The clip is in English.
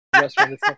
restaurant